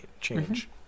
change